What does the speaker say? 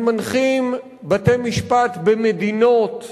הם מנחים בתי-משפט במדינות שמפעילות,